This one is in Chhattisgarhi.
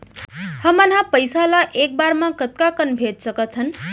हमन ह पइसा ला एक बार मा कतका कन भेज सकथन?